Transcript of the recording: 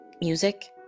music